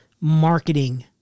marketing